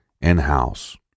in-house